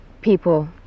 people